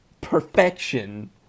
perfection